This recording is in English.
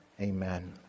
amen